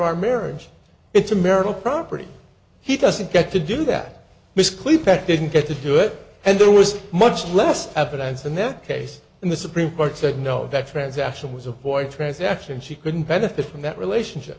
our marriage it's a marital property he doesn't get to do that ms clipart didn't get to do it and there was much less evidence in that case and the supreme court said no that transaction was a point transaction and she couldn't benefit from that relationship